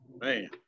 man